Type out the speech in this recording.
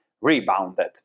rebounded